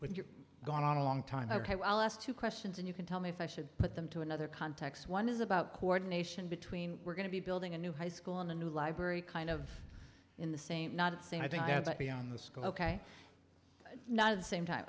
when you're gone on a long time have two questions and you can tell me if i should put them to another context one is about coordination between we're going to be building a new high school in a new library kind of in the same not saying i think not at the same time